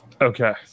Okay